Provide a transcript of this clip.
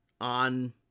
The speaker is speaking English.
on